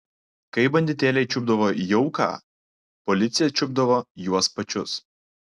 kai banditėliai čiupdavo jauką policija čiupdavo juos pačius